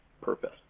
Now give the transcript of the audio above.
purpose